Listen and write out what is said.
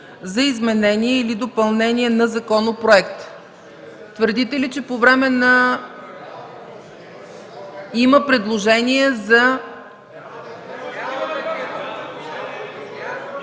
за изменение или допълнение на законопроекта.” Твърдите ли, че по време на... (Шум и реплики.) ...